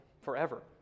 forever